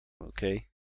Okay